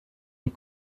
les